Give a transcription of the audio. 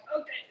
okay